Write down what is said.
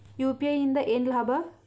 UPI ಇಂದ ಏನ್ ಲಾಭ?